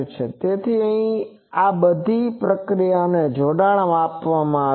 તેથી ત્યાં આ બધી પ્રક્રિયાઓને જોડાણ આપવામાં આવ્યુ છે